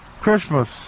Christmas